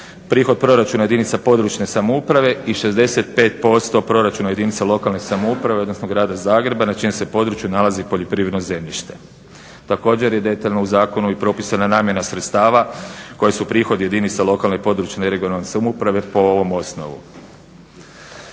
prihod proračuna jedinica područne samouprave i 65% proračuna jedinica lokalne samouprave odnosno Grada Zagreba na čijem se području nalazi poljoprivredno zemljište. Također, je detaljno u zakonu i propisana namjena sredstava koje su prihodi jedinica lokalne, područne i regionalne samouprave po ovom osnovu.